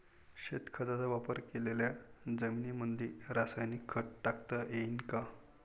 शेणखताचा वापर केलेल्या जमीनीमंदी रासायनिक खत टाकता येईन का?